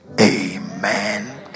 Amen